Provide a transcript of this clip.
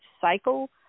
cycle